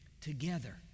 together